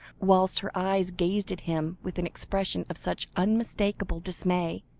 whilst her eyes gazed at him with an expression of such unmistakable dismay,